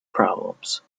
problems